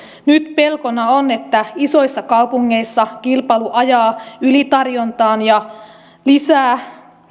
nyt pelkona on että isoissa kaupungeissa kilpailu ajaa ylitarjontaan ja lisää